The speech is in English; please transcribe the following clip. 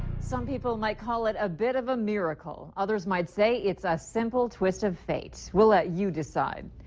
some people might call it a bit of a miracle. others might say it's a simple twist of fate. we'll let you decide.